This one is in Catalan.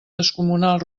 descomunal